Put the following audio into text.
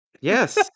Yes